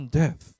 death，